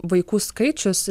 vaikų skaičius